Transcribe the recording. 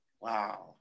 Wow